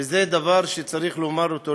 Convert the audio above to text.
וזה דבר שצריך לומר אותו,